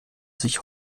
sich